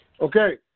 Okay